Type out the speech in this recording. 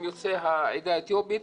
עם יוצא העדה האתיופית,